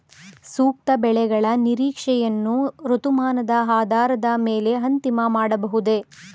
ಸೂಕ್ತ ಬೆಳೆಗಳ ನಿರೀಕ್ಷೆಯನ್ನು ಋತುಮಾನದ ಆಧಾರದ ಮೇಲೆ ಅಂತಿಮ ಮಾಡಬಹುದೇ?